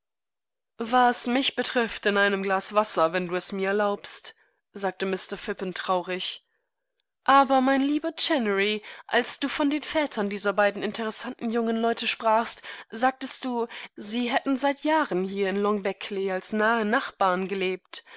was mich betrifft in einem glas wasser wenn du es mir erlaubst sagte mr phippen traurig aber mein lieber chennery als du von den vätern dieser beiden interessanten jungen leute sprachst sagtest du sie hätten seit jahren hier in long beckley als nahe nachbarn gelebt